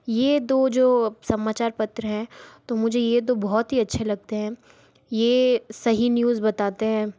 यह दो जो समाचार पत्र हैं तो मुझे यह तो बहुत ही अच्छे लगते हैं ये सही न्यूज बताते हैं